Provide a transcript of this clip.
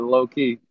Low-key